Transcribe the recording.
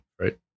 right